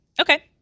Okay